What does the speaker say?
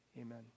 Amen